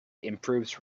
improves